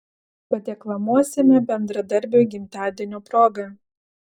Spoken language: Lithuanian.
padeklamuosime bendradarbiui gimtadienio proga